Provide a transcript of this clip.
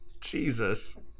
Jesus